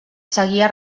seguia